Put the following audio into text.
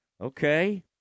Okay